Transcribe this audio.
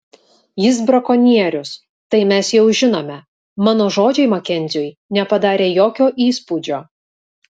jis brakonierius tai mes jau žinome mano žodžiai makenziui nepadarė jokio įspūdžio